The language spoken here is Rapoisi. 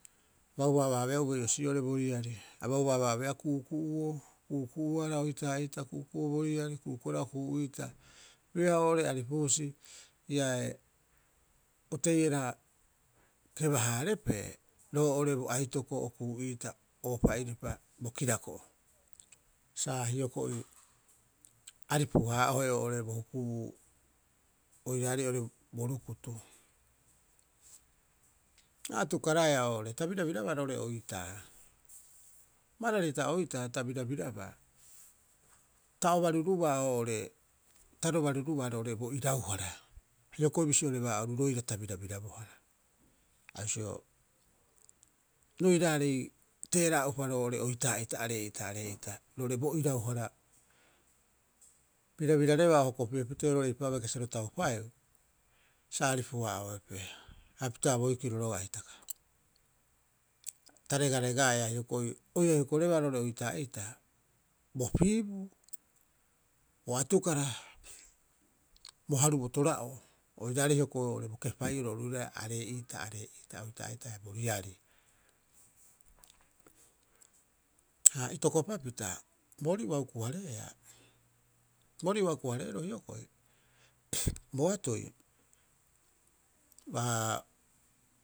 A bauaaba abeea ube'osiio oo'ore bo riari, abauaaba abeea ku'uku'uo, ku'uku'uara oitaa'ita, ku'uku'uo bo riari, ku'uku'uara okuu'iita pioha oo'ore aripu husi iaae oteiara keba- haarepe roo'ore bo aitoko, okuu'iita oopa'iripa, bo kirako'o. Sa hioko'i aripu- aa'ohe oo'ore bo hukubuu oiraarei oo'ore bo rukutu. A atukaraea'oo'ore ta birabirabaa roo'ore oitaa. Barari hita oitaa ta birabirabaa ta o baruruba oo'ore ta ro barurubaa roo'ore bo irauhara, hioko'i bisioreba oru roira ta birabirabohara. Ha bisio roiraarei teera'a'upa roo'ore oitaa'ita aree'ita, aree'ita roo'ore bo irauhara, birabirareba o hokopi'e pitee oo'ore eipa'oo a bai kasibaa sa ro taupaeu sa aripuhaa'oepe. Hapita boikiro roga'a hitaka. Ta regaregaea hioko'i oirai hokorebaa roo'ore oitaa'ita bo piibuu, bo atukara, bo haru bo tora'oo oiraarei hioko'i oo'orebo kepai'oro oru roira aree'ita, aree'ita, oitaa'ita haia bo riari. Ha itokopapita borii ua hukuhareea, boorii ua huku- hareeroo hioko'i, boatoi uaa.